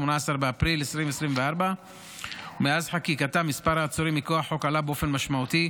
18 באפריל 2024. מאז חקיקתה מספר העצורים מכוח החוק עלה באופן משמעותי,